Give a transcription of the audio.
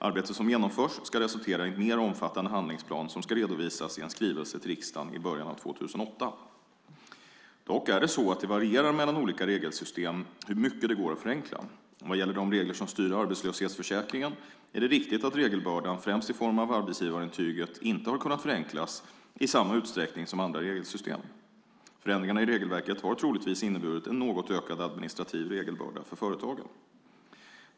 Arbetet som genomförs ska resultera i en mer omfattande handlingsplan som ska redovisas i en skrivelse till riksdagen i början av 2008. Dock är det så att det varierar mellan olika regelsystem hur mycket det går att förenkla. Vad gäller de regler som styr arbetslöshetsförsäkringen är det riktigt att regelbördan, främst i form av arbetsgivarintyget, inte har kunnat förenklas i samma utsträckning som andra regelsystem. Förändringarna i regelverket har troligtvis inneburit en något ökad administrativ regelbörda för företagen.